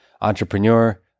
entrepreneur